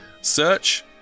search